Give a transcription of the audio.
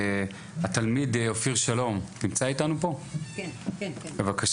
התלמיד אופיר שלום, נמצא איתנו פה, בבקשה.